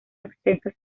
extensas